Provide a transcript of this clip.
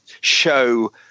show